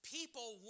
People